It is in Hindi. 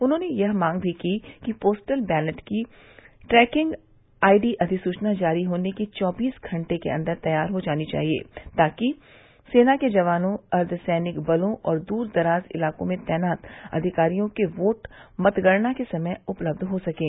उन्होंने यह मांग भी की कि पोस्टल बैलेट की ट्रैकिंग आईडी अधिसूचना जारी होने के चौबीस घंटे के अन्दर तैयार हो जानी चाहिये ताकि सेना के जवानों अर्द्वसैनिक बलों और दूर दराज़ इलाकों में तैनात अधिकारियों के बोट मतगणना के समय उपलब्ध हो सकें